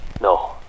no